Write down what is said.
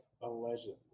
allegedly